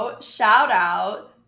shout-out